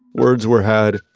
words were had.